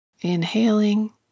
Inhaling